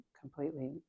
completely